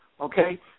okay